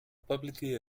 publicly